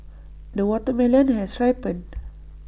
the watermelon has ripened